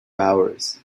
hours